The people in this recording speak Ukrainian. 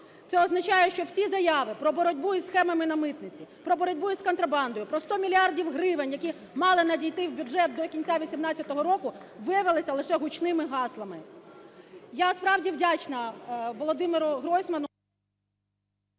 Це означає, що всі заяви про боротьбу із схемами на митниці, про боротьбу із контрабандою, про 100 мільярдів гривень, які мали надійти в бюджет до кінця 2018 року, виявилися лише гучними гаслами. Я справді вдячна Володимиру Гройсману…